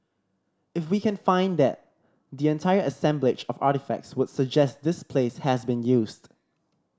if we can find that the entire assemblage of artefacts would suggest this place has been used